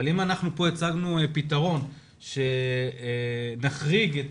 אם אנחנו כאן הצגנו כאן פתרון שמחריג את